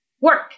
work